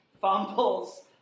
fumbles